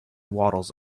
waddles